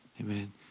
Amen